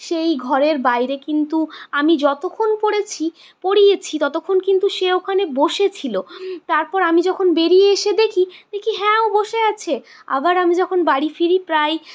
সেই ঘরের বাইরে কিন্তু আমি যতক্ষণ পড়েছি পড়িয়েছি ততক্ষণ কিন্তু সে ওখানে বসেছিলো তারপর আমি যখন বেরিয়ে এসে দেখি দেখি হ্যাঁ ও বসে আছে আবার আমি যখন বাড়ি ফিরি প্রায়